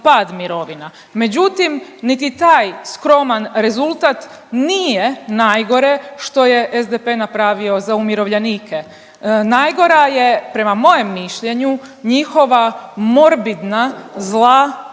pad mirovina. Međutim, niti taj skroman rezultat nije najgore što je SDP napravio za umirovljenike. Najgora je prema mojem mišljenju njihova morbidna zla,